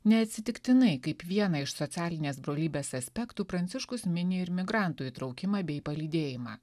neatsitiktinai kaip vieną iš socialinės brolybės aspektų pranciškus mini ir migrantų įtraukimą bei palydėjimą